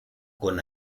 con